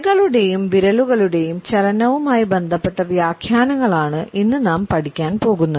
കൈകളുടെയും വിരലുകളുടെയും ചലനവുമായി ബന്ധപ്പെട്ട വ്യാഖ്യാനങ്ങൾ ആണ് ഇന്ന് നാം പഠിക്കാൻ പോകുന്നത്